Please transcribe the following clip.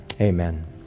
amen